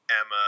Emma